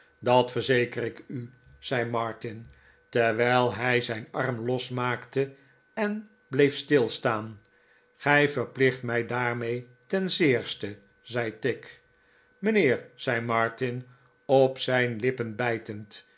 dat verzeker iku ei martin terwijl hij zijn arm losmaakte en bleef stilstaan f gij verplicht mij daarmee ten zeerste zei tigg v mijnheer zei martin op zijn lippen bjrjtend